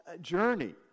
journey